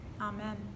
Amen